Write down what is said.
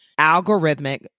algorithmic